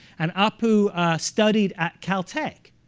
and apu studied at caltech.